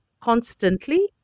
constantly